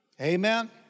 Amen